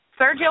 Sergio